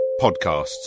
podcasts